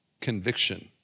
conviction